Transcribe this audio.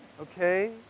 Okay